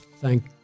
thank